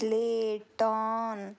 పేటాన్